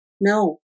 no